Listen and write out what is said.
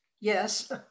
yes